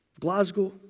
Glasgow